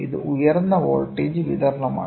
ഇത് ഉയർന്ന വോൾട്ടേജ് വിതരണമാണ്